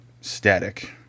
static